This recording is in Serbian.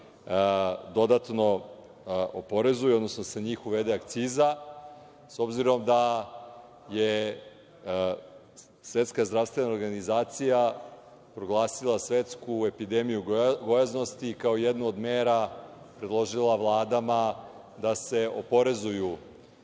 dodatno oporezuju, odnosno da se na njih uvede akciza, s obzirom da je Svetska zdravstvena organizacija proglasila svetsku epidemiju gojaznosti i kao jednu od mera predložila vladama da se oporezuju